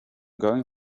going